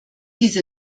diese